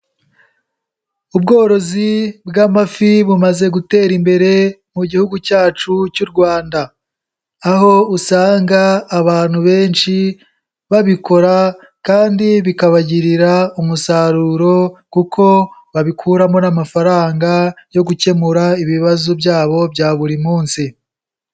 Ubworozi bw'amafi bumaze gutera imbere mu Gihugu cyacu cy'u Rwanda, aho usanga abantu benshi babikora kandi bikabagirira umusaruro kuko babikuramo n'amafaranga yo gukemura ibibazo byabo bya buri munsi.